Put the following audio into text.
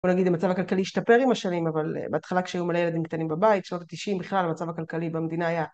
בוא נגיד המצב הכלכלי השתפר עם השנים אבל בהתחלה כשהיו מלא ילדים קטנים בבית שנות התשעים בכלל המצב הכלכלי במדינה היה